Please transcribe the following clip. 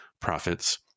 profits